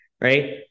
right